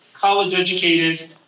college-educated